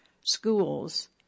schools